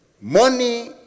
Money